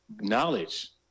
knowledge